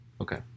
Okay